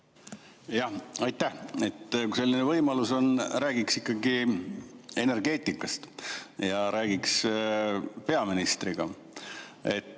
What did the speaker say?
Aitäh! Kui selline võimalus on, räägiks ikkagi energeetikast ja räägiks peaministriga. Me